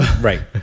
Right